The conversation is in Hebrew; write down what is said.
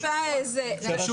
לא יתאמצו